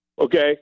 Okay